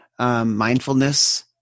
Mindfulness